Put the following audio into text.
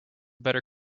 better